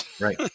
Right